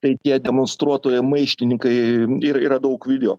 tai tie demonstruotojai maištininkai ir yra daug video